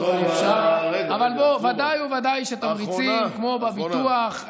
אבל ודאי וודאי שתמריצים, כמו בביטוח.